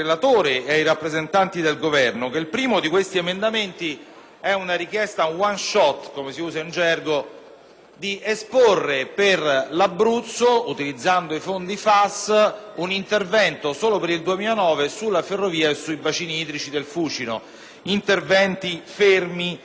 di esporre per l’Abruzzo, utilizzando i fondi FAS, interventi solo per il 2009 sulla ferrovia e sui bacini idrici del Fucino, fermi da circa trent’anni. Il secondo emendamento e piuimpegnativo perche´ e una richiesta di intervento